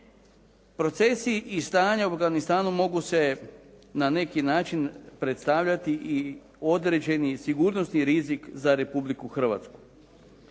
Procesi i stanja u Afganistanu mogu se na neki način predstavljati i određeni sigurnosni rizik za Republiku Hrvatsku.